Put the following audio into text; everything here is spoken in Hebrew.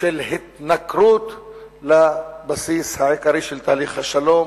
של התנכרות לבסיס העיקרי של תהליך השלום